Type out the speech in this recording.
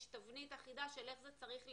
יש תבנית אחידה של איך זה צריך להתנהל,